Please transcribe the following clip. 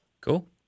Cool